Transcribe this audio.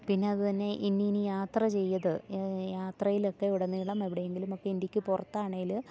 പിന്നെയത് തന്നെ ഇന്നിനി യാത്ര ചെയ്ത് യാത്രയിലൊക്കെ ഉടനീളം എവിടെയെങ്കിലുമൊക്കെ ഇന്ത്യക്ക് പുറത്താണെങ്കിൽ